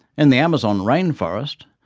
in the amazon rainforest,